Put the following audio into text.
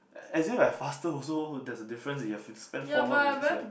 as if I faster also there's a difference you have to spend four more minutes here